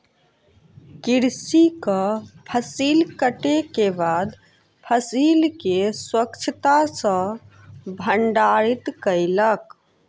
कृषक फसिल कटै के बाद फसिल के स्वच्छता सॅ भंडारित कयलक